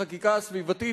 בחקיקה הסביבתית,